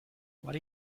what